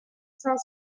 cinq